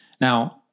Now